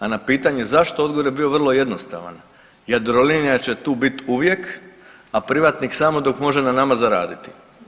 A na pitanje zašto odgovor je bio vrlo jednostavan, Jadrolinija će tu bit uvijek, a privatnik samo dok može na nama zaraditi.